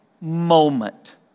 moment